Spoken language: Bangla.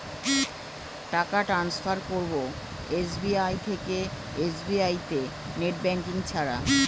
টাকা টান্সফার করব এস.বি.আই থেকে এস.বি.আই তে নেট ব্যাঙ্কিং ছাড়া?